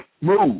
Move